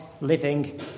living